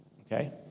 Okay